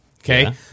Okay